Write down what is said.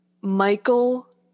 Michael